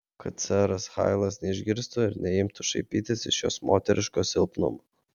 kad seras hailas neišgirstų ir neimtų šaipytis iš jos moteriško silpnumo